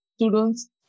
students